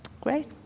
Great